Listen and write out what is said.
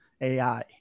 AI